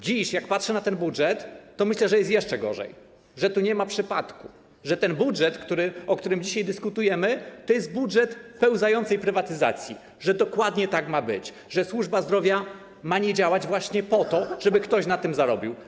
Dziś, jak patrzę na ten budżet, to myślę, że jest jeszcze gorzej, że tu nie ma przypadku, że ten budżet, o którym dzisiaj dyskutujemy, jest budżetem pełzającej prywatyzacji, że dokładnie tak ma być, że służba zdrowia ma nie działać, żeby ktoś na tym zarobił.